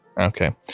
Okay